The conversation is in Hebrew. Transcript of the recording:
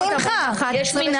הצבעה לא אושרו.